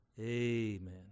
Amen